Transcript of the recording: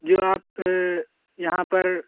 جو آپ یہاں پر